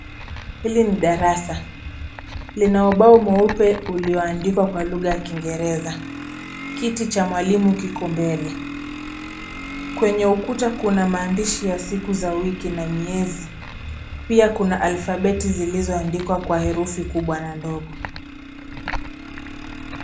Hili ni darasa. Lina ubao mweupe ulioandikwa kwa lugha ya kingereza. Kiti cha mwalimu kiko mbele. Kwenye ukuta kuna maandishi ya siku za wiki na miezi. Pia kuna alfabeti zilizoamdikwa kwa herufi kubwa na ndogo.